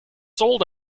sold